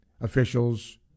Officials